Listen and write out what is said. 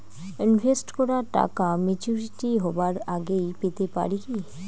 Invest করা টাকা maturity হবার আগেই পেতে পারি কি?